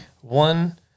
one